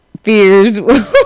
Fears